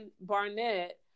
Barnett